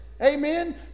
Amen